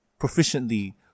proficiently